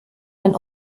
ein